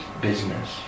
business